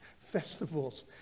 festivals